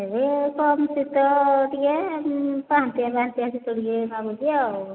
ଏବେ କମ୍ ଶୀତ ଟିକେ ପାହାନ୍ତିଆ ପାହାନ୍ତିଆ ଶୀତ ଟିକେ ଲାଗୁଛି ଆଉ